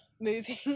moving